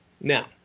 now